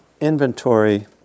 inventory